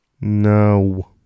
No